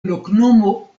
loknomo